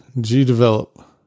G-Develop